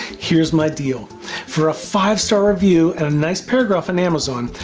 here's my deal for a five star review and a nice paragraph on amazon,